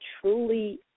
truly